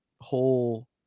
whole